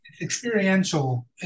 experiential